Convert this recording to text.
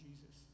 Jesus